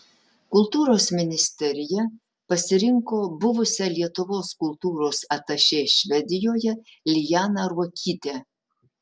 kultūros ministerija pasirinko buvusią lietuvos kultūros atašė švedijoje lianą ruokytę